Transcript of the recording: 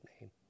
name